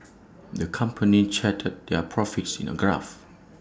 the company charted their profits in A graph